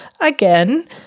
again